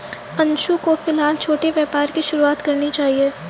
अंशु को फिलहाल छोटे व्यापार की शुरुआत करनी चाहिए